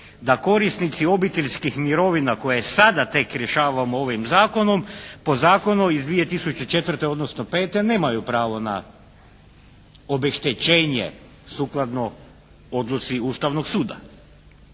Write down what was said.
da korisnici obiteljskih mirovina koje sada tek rješavamo ovim zakonom po zakonu iz 2004., odnosno 2005. nemaju pravo na obeštećenje, sukladno odluci Ustavnog suda.